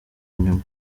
nyuma